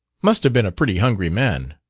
must have been a pretty hungry man.